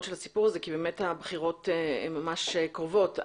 הסיפור הזה כי באמת הבחירות ממש קרובות.